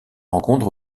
rencontre